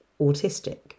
autistic